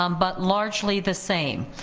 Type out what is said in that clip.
um but largely the same.